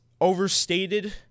overstated